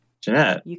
Jeanette